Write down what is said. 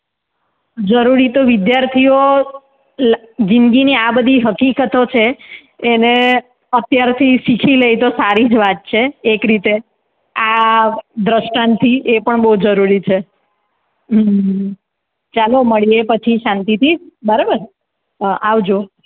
જરૂરી તો વિદ્યાર્થીઓ જિંદગીની આ બધી હકીકતો છે એને અત્યારથી શીખી લે તો સારી જ વાત છે એક રીતે આ દ્રષ્ટાંતથી એ પણ બહુ જરૂરી છે ચાલો મળીએ પછી શાંતિથી બરાબર હા આવજો